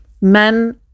Men